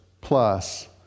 plus